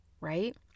right